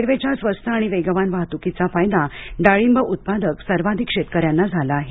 रेल्वेच्या स्वस्त आणि वेगवान वाहतुकीचा फायदा डाळिंब उत्पादक सर्वाधिक शेतकऱ्यांना झाला आहे